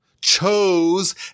chose